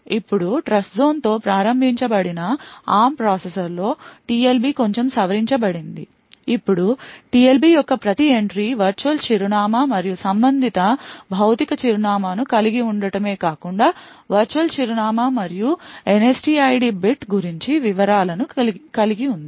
ఇప్పుడు ట్రస్ట్జోన్తో ప్రారంభించబడిన ARM ప్రాసెసర్లో TLB కొంచెం సవరించబడింది ఇప్పుడు TLB యొక్క ప్రతి ఎంట్రీ వర్చువల్ చిరునామా మరియు సంబంధిత భౌతిక చిరునామా ను కలిగి ఉండటమే కాకుండా వర్చువల్ చిరునామా మరియు NSTID బిట్ గురించి వివరాలను కలిగి ఉంది